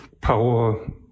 power